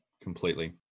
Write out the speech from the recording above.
completely